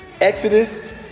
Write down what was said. Exodus